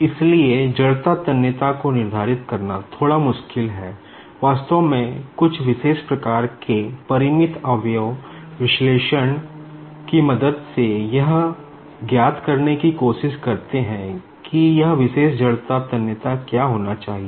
इसलिए inertia tensor क्या होना चाहिए